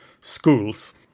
schools